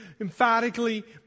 emphatically